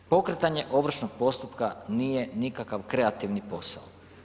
Pokretanje ovršnog postupka nije nikakav kreativni posao.